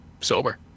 sober